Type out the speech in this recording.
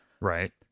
Right